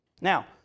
Now